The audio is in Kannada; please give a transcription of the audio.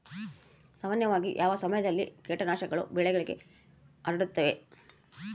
ಸಾಮಾನ್ಯವಾಗಿ ಯಾವ ಸಮಯದಲ್ಲಿ ಕೇಟನಾಶಕಗಳು ಬೆಳೆಗೆ ಹರಡುತ್ತವೆ?